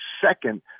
second